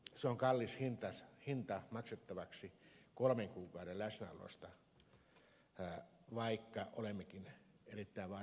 se on kallis hinta maksettavaksi kolmen kuukauden läsnäolosta vaikka olemmekin erittäin vaarallisella merialueella